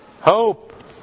hope